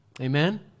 Amen